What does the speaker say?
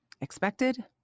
expected